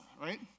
right